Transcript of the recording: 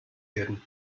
werden